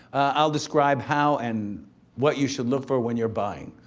i'll describe how and what you should look for when you're buying.